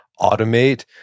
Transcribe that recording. automate